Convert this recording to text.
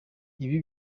ibi